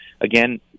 Again